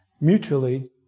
mutually